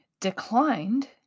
declined